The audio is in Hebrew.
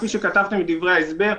כפי שכתבתם בדברי ההסבר,